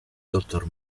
dottor